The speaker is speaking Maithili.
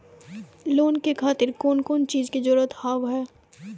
लोन के खातिर कौन कौन चीज के जरूरत हाव है?